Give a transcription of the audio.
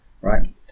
right